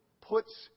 puts